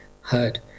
heard